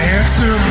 answer